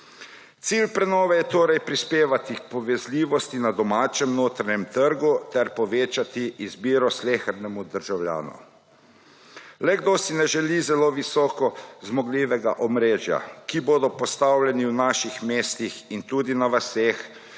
Cilj prenove je torej prispevati k povezljivosti na domačem notranjem trgu ter povečati izbiro slehernemu državljanu. Le kdo si ne želi zelo visoko zmogljivega omrežja, ki bo postavljeno v naših mestih in tudi na vaseh,